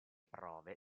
prove